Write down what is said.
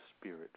spirit